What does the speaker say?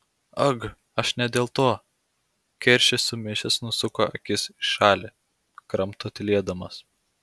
ag aš ne dėl to keršis sumišęs nusuko akis į šalį kramto tylėdamas